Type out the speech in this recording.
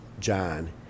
John